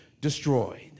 destroyed